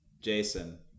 Jason